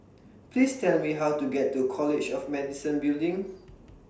Please Tell Me How to get to College of Medicine Building